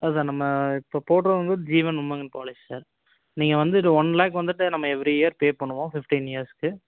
அது தான் நம்ம இப்போ போடுறது வந்து ஜீவன் உமங் பாலிசி சார் நீங்கள் வந்து இது ஒன் லேக் வந்துவிட்டு நம்ம எவ்ரி இயர் பே பண்ணுவோம் ஃபிஃப்டின் இயர்ஸ்க்கு